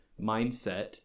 mindset